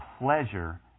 Pleasure